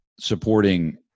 supporting